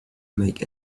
make